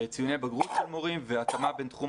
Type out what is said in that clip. ציוני בגרות של מורים והתאמה בתחום